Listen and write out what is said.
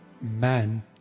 Man